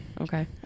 Okay